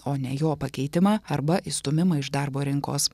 o ne jo pakeitimą arba išstūmimą iš darbo rinkos